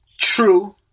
true